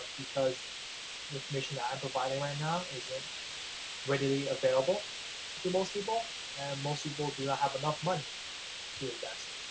because the information that i'm providing right now isn't readily available to most people and most people do not have enough money to invest,